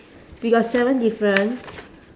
we got seven difference